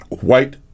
white